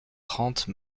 trente